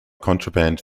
contraband